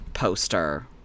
poster